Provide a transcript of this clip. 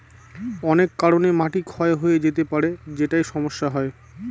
অনেক কারনে মাটি ক্ষয় হয়ে যেতে পারে যেটায় সমস্যা হয়